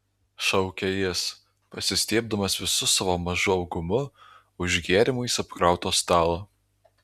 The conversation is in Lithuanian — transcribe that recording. šaukė jis pasistiebdamas visu savo mažu augumu už gėrimais apkrauto stalo